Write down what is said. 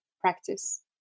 practice